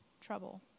trouble